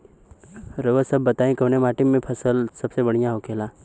रउआ सभ बताई कवने माटी में फसले सबसे बढ़ियां होखेला?